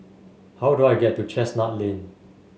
how do I get to Chestnut Lane